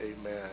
amen